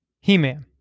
He-Man